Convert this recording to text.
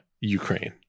Ukraine